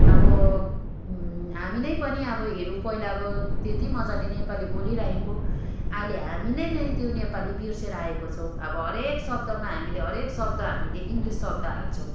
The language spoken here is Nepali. अब हामी नै पनि अब हेरौँ पहिला अब त्यति मजाले नेपाली बोली रहेको अहिले हामीले नै त्यो नेपाली बिर्सेर आएको छौँ अब हरेक शब्दमा हामीले हरेक शब्द हामीले इङ्ग्लिस शब्द हाल्छौँ